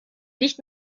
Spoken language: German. nicht